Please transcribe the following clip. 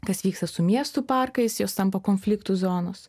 kas vyksta su miestų parkais jos tampa konfliktų zonos